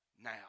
now